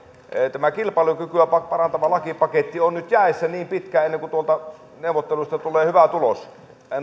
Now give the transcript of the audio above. tämä kilpailukykyä parantava lakipaketti on nyt jäissä niin pitkään kunnes tuolta neuvotteluista tulee hyvä tulos